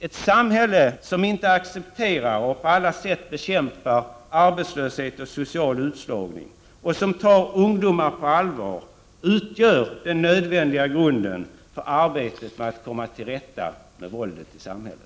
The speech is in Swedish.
Ett samhälle, som inte accepterar utan på alla sätt bekämpar arbetslöshet och social utslagning och som tar ungdomarna på allvar, utgör den nödvändiga grunden för arbetet med att komma till rätta med våldet i samhället.